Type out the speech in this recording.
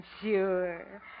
Sure